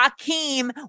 Akeem